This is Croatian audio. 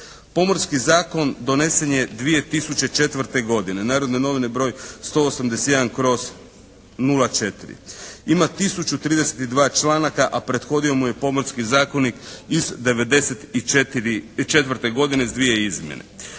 Pomorski zakon donesen je 2004. godine. "Narodne novine" broj 181/04. Ima 1032 članaka, a prethodio mu je Pomorski zakonik iz 1994. godine s dvije izmjene.